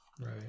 right